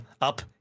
up